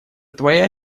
твоя